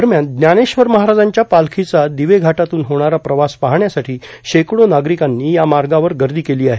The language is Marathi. दरम्यान ज्ञानेश्वर महाराजांच्या पालखीचा दिवे घाटातून होणारा प्रवास पाहण्यासाठी शेकडो नागरिकांनी या मार्गावर गर्दी केली आहे